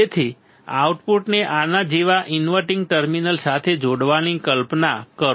તેથી આઉટપુટને આના જેવા ઇન્વર્ટીંગ ટર્મિનલ સાથે જોડવાની કલ્પના કરો